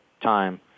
time